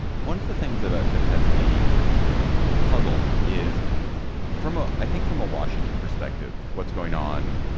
one of the things that ah that has me puzzled is from a i think from a washington perspective what's going on.